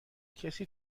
کسی